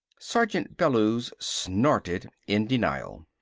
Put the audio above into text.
sergeant bellews snorted in denial.